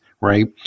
Right